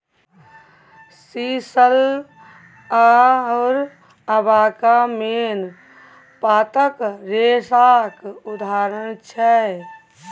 sisal आओर abaca मेन पातक रेशाक उदाहरण छै